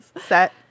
set